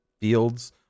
fields